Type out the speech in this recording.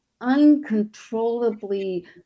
uncontrollably